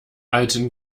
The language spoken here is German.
alten